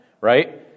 right